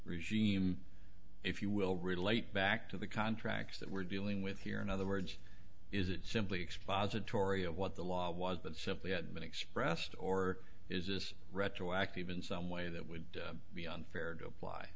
regime if you will relate back to the contracts that we're dealing with here in other words is it simply exposure toria what the law was but simply had been expressed or is this retroactive in some way that would be unfair to apply